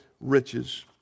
riches